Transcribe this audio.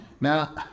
Now